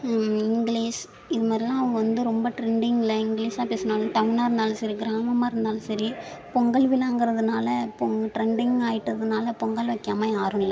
English இது மாதிரிலாம் அவங்க வந்து ரொம்ப ட்ரெண்டிங்கில் இங்கிலீஸெலாம் பேசினாலும் டவுன்னாக இருந்தாலும் சரி கிராமமாக இருந்தாலும் சரி பொங்கல் விழாங்குறதுனால பொங் ட்ரெண்டிங் ஆயிட்டதினால பொங்கல் வெக்காமல் யாருமில்ல